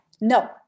no